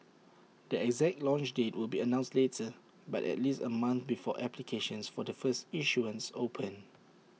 the exact launch date will be announced later but at least A month before applications for the first issuance open